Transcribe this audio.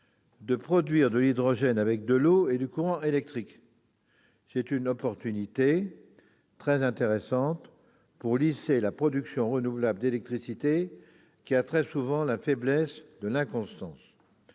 la production d'hydrogène avec de l'eau et du courant électrique : c'est une solution très intéressante pour lisser la production renouvelable d'électricité, qui a très souvent la faiblesse de l'inconstance.